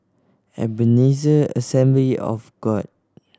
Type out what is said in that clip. Ebenezer Assembly of God